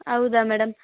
ಹೌದಾ ಮೇಡಮ್